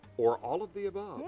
or all of the above?